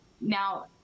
Now